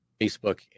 facebook